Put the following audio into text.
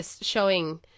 showing